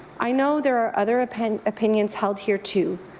i know there are other opinions opinions held here too,